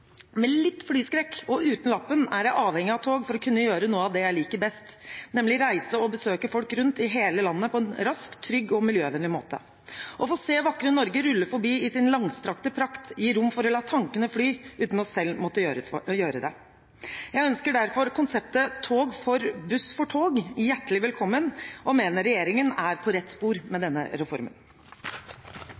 Med litt flyskrekk og uten lappen er jeg avhengig av tog for å kunne gjøre noe av det jeg liker best, nemlig å reise og besøke folk rundt i hele landet på en rask, trygg og miljøvennlig måte. Å få se vakre Norge rulle forbi i sin langstrakte prakt gir rom for å la tankene fly – uten selv å måtte gjøre det. Jeg ønsker derfor konseptet «Tog for Buss for tog» hjertelig velkommen og mener regjeringen er på rett spor med denne reformen.